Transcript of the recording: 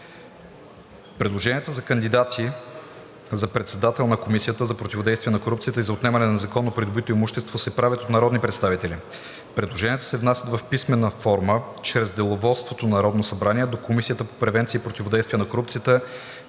предложенията за кандидати за председател на Комисията за противодействие на корупцията и отнемане на незаконно придобитото имущество се правят от народни представители, предложенията се внасят в писмена форма чрез Деловодството на Народното събрание до Комисията по превенция и противодействие на корупцията